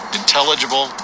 intelligible